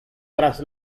tras